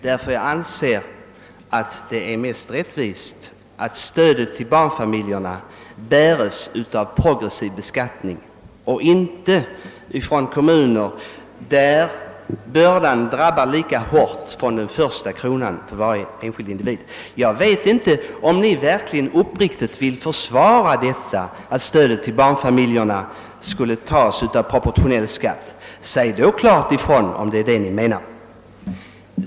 Jag tycker nämligen att det är mest rättvist att stödet till barnfamiljerna bärs upp genom progressiv beskattning och inte tas från kommuner där bördan drabbar lika hårt från den första kronan för varje enskild individ. Jag vet inte om ni verkligen vill försvara detta, att stödet till barnfamiljerna skulle finansieras genom proportionell skatt. Säg klart ifrån om det är det ni menar!